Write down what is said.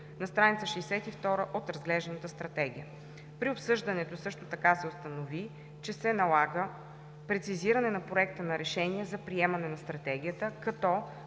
на стр. 62 от разглежданата Стратегия. При обсъждането също така се установи, че се налага прецизиране на Проекта на решение за приемане на Стратегията, като